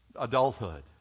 adulthood